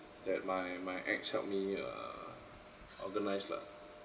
that my my ex helped me err organise lah